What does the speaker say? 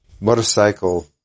motorcycle